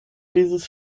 dieses